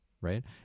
right